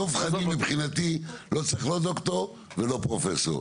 דב חנין מבחינתי לא צריך לא ד"ר ולא פרופסור,